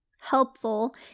helpful